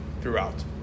throughout